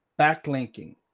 backlinking